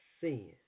sin